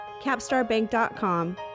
capstarbank.com